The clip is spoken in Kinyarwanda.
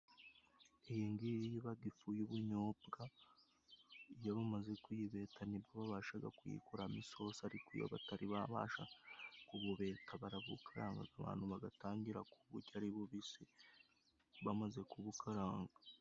Iyi ng'iyi ibaga ifu y'ubunyobwa, iyo bamaze kuyibeta nibwo babashaga kuyikuramo isosi, ariko iyo batari babasha kububeta barabukaranga abantu bagatangira ku burya ari bubisi bamaze kubukaranga.